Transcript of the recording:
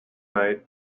night